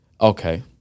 Okay